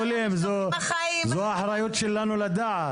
כואבת לסכנות הקשות של גידול תעשייתי של בעלי חיים.